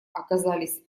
оказались